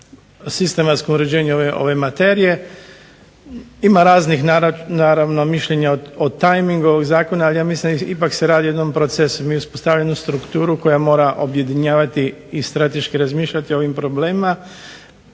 sistematsko uređenje ove materije. Ima raznih mišljenja o tajmingu ovog zakona ali ja mislim ipak se radi o jedno procesu. Mi uspostavljamo strukturu koja mora objedinjavati i strateški razmišljati o ovim problemima.